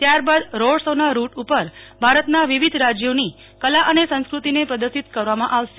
ત્યારબાદ road show ના route ઉપર ભારતના વિવિધ રાજ્યોની કલા અને સંસ્કૃતિને પ્રદર્શિત કરવામાં આવશે